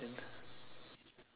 then